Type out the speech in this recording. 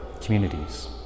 communities